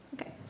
Okay